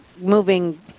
moving